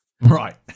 Right